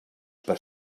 per